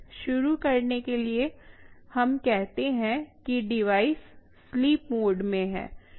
शुरू करने के लिए हमें कहते हैं कि डिवाइस स्लीप मोड में है